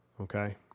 Okay